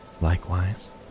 Likewise